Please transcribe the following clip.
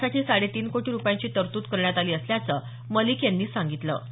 यासाठी साडेतीन कोटी रुपयांची तरतूद करण्यात आली असल्याचे मलिक यांनी सांगितलं